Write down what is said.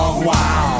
Wow